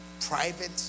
private